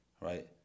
right